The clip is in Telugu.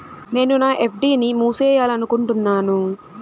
నేను నా ఎఫ్.డి ని మూసేయాలనుకుంటున్నాను